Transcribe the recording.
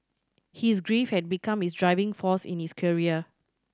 his grief had become his driving force in his career